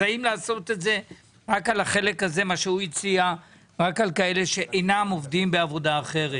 אז צריך לשקול האם לעשות את זה רק על כאלה שאינם עובדים בעבודה אחרת,